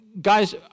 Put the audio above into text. Guys